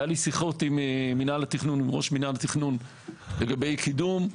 היו לי שיחות עם ראש מנהל התכנון לגבי קידום.